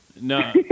No